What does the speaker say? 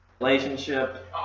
relationship